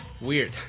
weird